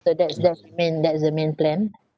so that's that's the main that's the main plan